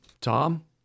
Tom